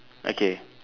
okay